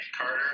Carter